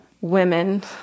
women